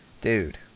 dude